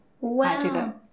Wow